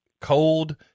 cold